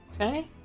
Okay